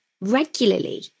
regularly